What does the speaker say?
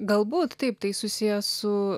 galbūt taip tai susiję su